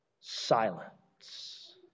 silence